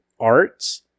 Arts